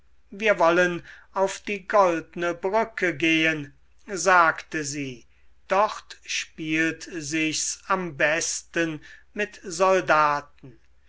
wir wollen auf die goldne brücke gehen sagte sie dort spielt sich's am besten mit soldaten